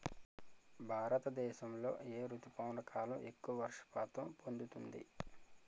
భారతదేశంలో ఏ రుతుపవన కాలం ఎక్కువ వర్షపాతం పొందుతుంది?